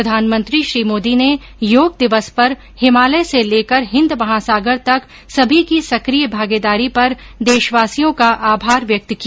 प्रधानमंत्री श्री मोदी ने योग दिवस पर हिमालय से लेकर हिंद महासागर तक सभी की सक्रिय भागीदारी पर देशवासियों का आभार व्यक्त किया